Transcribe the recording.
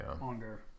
longer